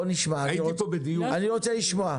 אני רוצה לשמוע.